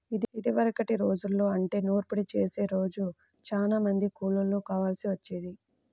ఇదివరకటి రోజుల్లో అంటే నూర్పిడి చేసే రోజు చానా మంది కూలోళ్ళు కావాల్సి వచ్చేది